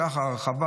הרחבה,